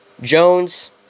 Jones